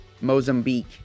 Mozambique